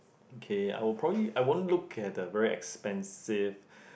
okay I would probably I won't look at the very expensive